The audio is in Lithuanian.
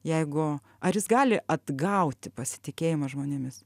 jeigu ar jis gali atgauti pasitikėjimą žmonėmis